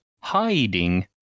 hiding